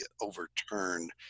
overturned